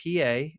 PA